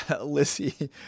lizzie